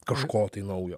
kažko tai naujo